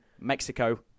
Mexico